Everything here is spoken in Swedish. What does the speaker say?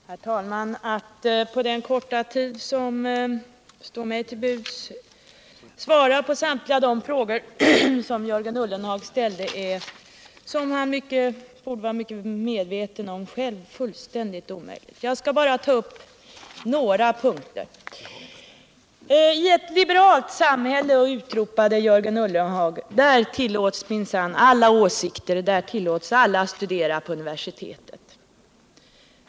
Herr talman! Att på den korta tid som står mig till buds svara på samtliga de frågor som Jörgen Ullenhag ställde är, som han borde vara mycket medveten om själv. fullständigt omöjligt. Jag skall bara ta upp några punkter. I ett liberalt samhälle, utropade Jörgen Ullenhag, tillåts minsann alla åsikter, där tillåts alla att studera vid universiteten!